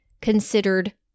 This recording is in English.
considered